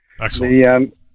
Excellent